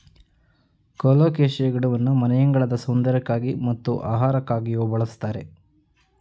colocasia ಗಿಡವನ್ನು ಮನೆಯಂಗಳದ ಸೌಂದರ್ಯಕ್ಕಾಗಿ ಮತ್ತು ಆಹಾರಕ್ಕಾಗಿಯೂ ಬಳ್ಸತ್ತರೆ